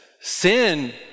sin